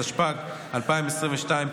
התשפ"ג 2022,